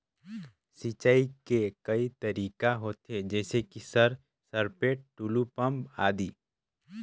सिंचाई के कई तरीका होथे? जैसे कि सर सरपैट, टुलु पंप, आदि?